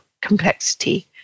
complexity